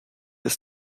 ist